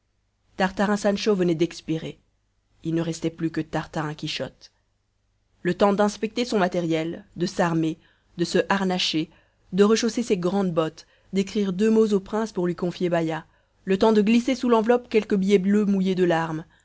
tartarin sancho venait d'expirer il ne restait plus que tartarin quichotte le temps d'inspecter son matériel de s'armer de se harnacher de rechausser ses grandes bottes d'écrire deux mots au prince pour lui confier baïa le temps de glisser sous l'enveloppe quelques billets bleus mouillés de larmes